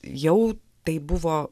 jau tai buvo